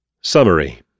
Summary